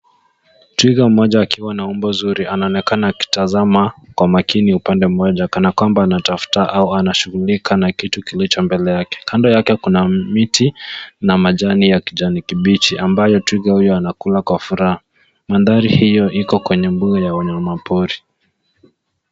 Twiga mmoja akiwa na umbo nzuri anaonekana akitazama kwa makini upande mmoja kana kwamba anatafta au anashughulika na kitu kilicho mbele yake. Kando yake kuna miti na majani ya kijani kibichi, ambayo twiga uyo anakula kwa furaha. Mandhari hiyo iko kwenye mbuga ya wanyama pori.